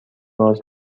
باز